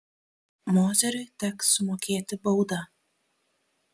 mozeriui teks sumokėti baudą